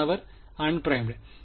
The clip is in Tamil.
மாணவர் அன்பிறைமுட்